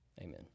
Amen